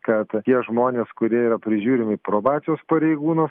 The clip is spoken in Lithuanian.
kad tie žmonės kurie yra prižiūrimi probacijos pareigūnų